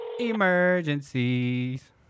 Emergencies